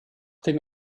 den